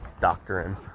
doctoring